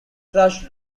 crush